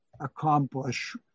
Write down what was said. Accomplish